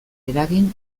eragin